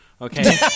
Okay